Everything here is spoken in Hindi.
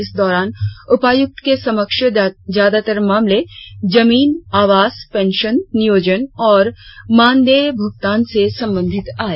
इस दौरान उपायुक्त के समक्ष ज्यादातर मामले जमीनआवासपेंशन नियोजन और मानदेय भुगतान से संबंधित आए